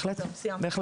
תודה.